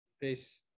Peace